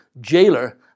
jailer